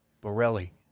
Borelli